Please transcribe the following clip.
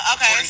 Okay